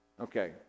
Okay